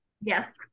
Yes